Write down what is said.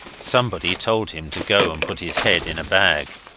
somebody told him to go and put his head in a bag.